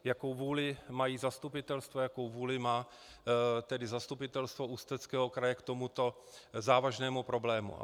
Jakou vůli mají zastupitelstva, jakou vůli má tedy Zastupitelstvo Ústeckého kraje k tomuto závažnému problému.